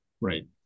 right